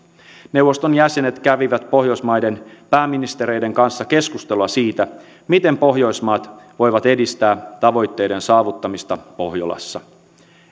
neuvoston jäsenet kävivät pohjoismaiden pääministereiden kanssa keskustelua siitä miten pohjoismaat voivat edistää tavoitteiden saavuttamista pohjolassa